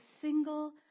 single